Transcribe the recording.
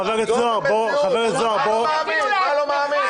חבר הכנסת זוהר ----- גם אתה לא תאמין -- מה לא מאמין?